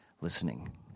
listening